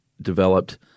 developed